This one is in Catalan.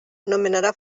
nomenarà